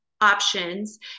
options